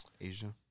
Asia